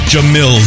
Jamil